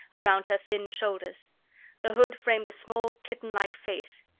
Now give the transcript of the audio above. around her thin shoulders the hood framed a small, kittenlike face.